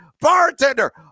bartender